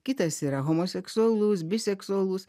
kitas yra homoseksualus biseksualus